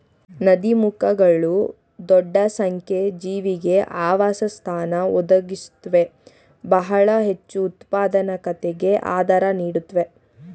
ನದೀಮುಖಗಳು ದೊಡ್ಡ ಸಂಖ್ಯೆ ಜೀವಿಗೆ ಆವಾಸಸ್ಥಾನ ಒದಗಿಸುತ್ವೆ ಬಹಳ ಹೆಚ್ಚುಉತ್ಪಾದಕತೆಗೆ ಆಧಾರ ನೀಡುತ್ವೆ